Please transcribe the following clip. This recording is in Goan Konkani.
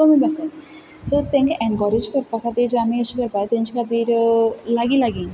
आसात सो तांकां एन्करेज करपा खातीर जें आमी अशें करपा जाय तेंचे खातीर लागीं लागीं